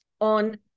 on